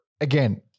again